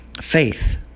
faith